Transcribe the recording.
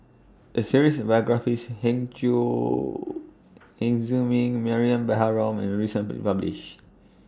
A series of biographies Heng Chee Zhiming Mariam Baharom was recently published